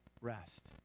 rest